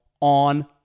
on